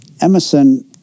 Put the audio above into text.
Emerson